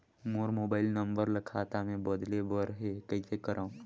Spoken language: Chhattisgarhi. मोर मोबाइल नंबर ल खाता मे बदले बर हे कइसे करव?